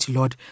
Lord